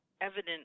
evident